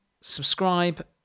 subscribe